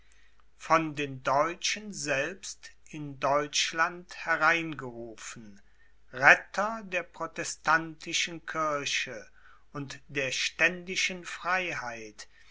von den deutschen selbst in deutschland hereingerufen retter der protestantischen kirche und der ständischen freiheit